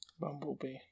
Bumblebee